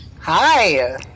Hi